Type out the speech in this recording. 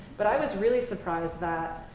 but i was really surprised that